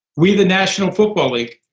we, the national football league,